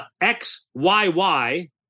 XYY